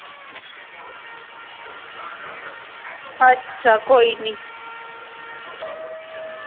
अच्छा कोई निं